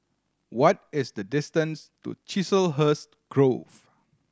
what is the distance to Chiselhurst Grove